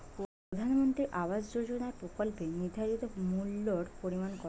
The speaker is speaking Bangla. প্রধানমন্ত্রী আবাস যোজনার প্রকল্পের নির্ধারিত মূল্যে পরিমাণ কত?